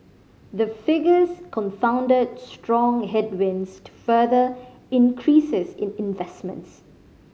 the figures confounded strong headwinds to further increases in investment